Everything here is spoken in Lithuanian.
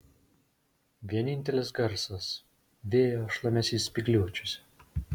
vienintelis garsas vėjo šlamesys spygliuočiuose